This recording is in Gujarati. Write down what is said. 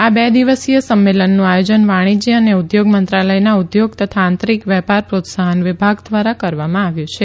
આ બે દિવસીય સંમેલનનું આયોજન વાણિષ્ઠ્ય અને ઉદ્યોગ મંત્રાલયનાં ઉદ્યોગ તથા આંતરીક વેપાર પ્રોત્સાફન વિભાગ દ્વારા કરવામાં આવ્યું છે